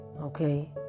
Okay